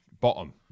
bottom